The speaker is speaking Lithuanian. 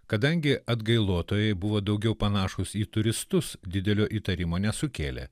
kadangi atgailotojai buvo daugiau panašūs į turistus didelio įtarimo nesukėlė